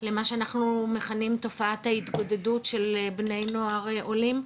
למה שאנחנו מכנים תופעת התגודדות של בני נוער עולים,